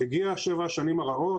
הגיעו שבע השנים הרעות.